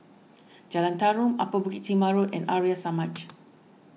Jalan Tarum Upper Bukit Timah Road and Arya Samaj